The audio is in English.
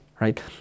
Right